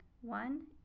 One